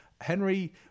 Henry